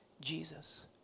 Jesus